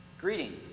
greetings